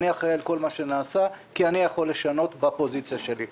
אני אחראי על כל מה שנעשה כי אני יכול לשנות בפוזיציה שלי.